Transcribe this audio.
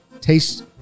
taste